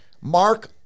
mark